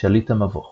שליט המבוך